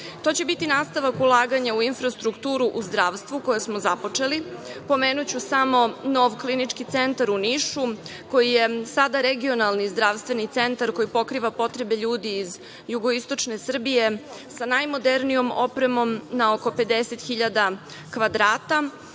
će biti nastavak ulaganja, u infrastrukturu, u zdravstvu koje smo započeli. Pomenuću samo nov Klinički centar u Nišu, koji je sada regionalni zdravstveni centar koji pokriva potrebe ljudi iz jugoistočne Srbije sa najmodernijom opremom na oko 50.000 kvadrata,